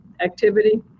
activity